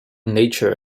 nature